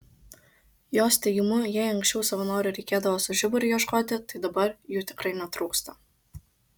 jos teigimu jei anksčiau savanorių reikėdavo su žiburiu ieškoti tai dabar jų tikrai netrūksta